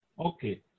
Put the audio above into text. Okay